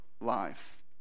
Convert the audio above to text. life